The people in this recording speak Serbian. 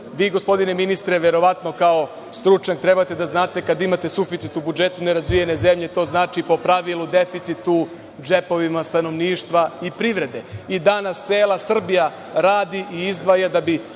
vi gospodine ministre, verovatno kao stručnjak treba da znate kad imate suficit u budžetu nerazvijene zemlje, to znači po pravilu deficit u džepovima stanovništva i privrede. I danas cela Srbija radi i izdvaja da bi